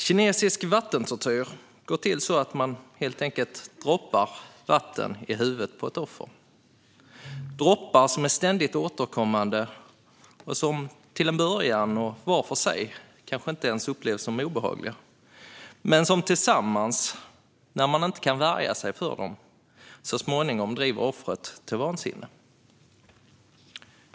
Kinesisk vattentortyr går till så att man helt enkelt droppar vatten i huvudet på offret - droppar som är ständigt återkommande och till en början och var för sig kanske inte upplevs som obehagliga men som tillsammans, när man inte kan värja sig mot dem, så småningom driver offret till vansinne.